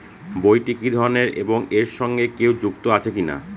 বইটি কি ধরনের এবং এর সঙ্গে কেউ যুক্ত আছে কিনা?